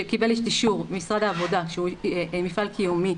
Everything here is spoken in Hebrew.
שקיבל את אישור משרד העבודה שהוא מפעל קיומי,